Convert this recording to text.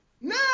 No